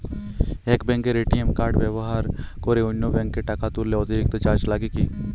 এক ব্যাঙ্কের ATM card ব্যবহার করে অন্য ব্যঙ্কে টাকা তুললে অতিরিক্ত চার্জ লাগে কি?